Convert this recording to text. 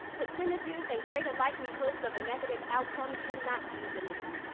percentages and greater likelihoods of a negative outcome cannot be the norm.